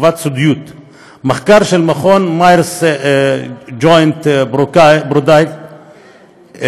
מחקר של מכון מאיירס ג'וינט ברוקדייל על